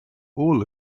all